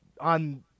on